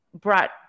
brought